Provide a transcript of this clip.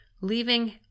leaving